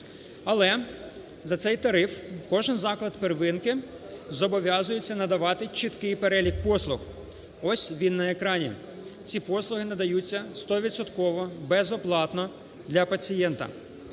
Але за цей тариф кожен заклад первинки зобов'язується надавати чіткий перелік послуг (ось він на екрані), ці послуги надаються стовідсотково безоплатно для пацієнта.